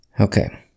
Okay